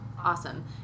awesome